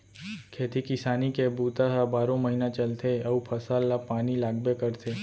खेती किसानी के बूता ह बारो महिना चलथे अउ फसल ल पानी लागबे करथे